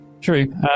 true